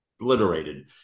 obliterated